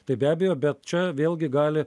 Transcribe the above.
tai be abejo bet čia vėlgi gali